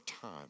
time